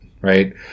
right